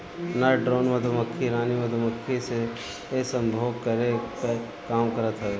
नर ड्रोन मधुमक्खी रानी मधुमक्खी से सम्भोग करे कअ काम करत हवे